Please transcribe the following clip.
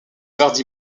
hardi